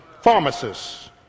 pharmacists